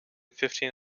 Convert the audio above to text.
fifteen